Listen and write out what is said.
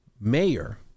mayor